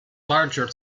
larger